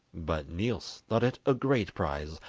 but niels thought it a great prize,